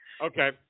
Okay